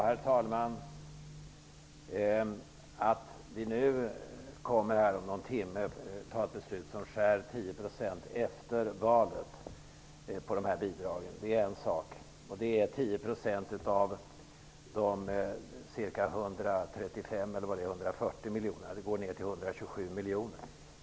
Herr talman! Det är en sak att vi nu om någon timme kommer att fatta ett beslut om att efter valet skära ned detta bidrag med 10 %, från 135--140 miljoner till 127 miljoner kronor.